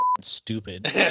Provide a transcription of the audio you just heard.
stupid